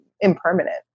impermanent